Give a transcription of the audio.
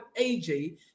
AJ